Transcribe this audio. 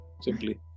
simply